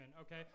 okay